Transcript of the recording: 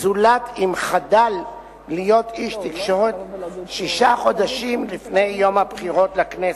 זולת אם חדל להיות איש תקשורת שישה חודשים לפני יום הבחירות לכנסת,